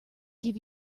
give